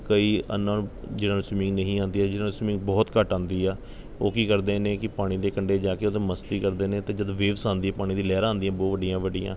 ਕਈ ਅਣਨੋਨ ਜਿਹਨਾਂ ਨੂੰ ਸਵੀਮਿੰਗ ਨਹੀਂ ਆਉਂਦੀ ਜਿਨ੍ਹਾਂ ਨੂੰ ਸਵੀਮਿੰਗ ਬਹੁਤ ਘੱਟ ਆਉਂਦੀ ਆ ਉਹ ਕੀ ਕਰਦੇ ਨੇ ਕਿ ਪਾਣੀ ਦੇ ਕੰਢੇ ਜਾ ਕੇ ਉੱਥੇ ਮਸਤੀ ਕਰਦੇ ਨੇ ਅਤੇ ਜਦੋਂ ਵੇਵਸ ਆਉਂਦੀ ਆ ਪਾਣੀ ਦੀ ਲਹਿਰਾਂ ਆਉਂਦੀਆਂ ਬਹੁਤ ਵੱਡੀਆਂ ਵੱਡੀਆਂ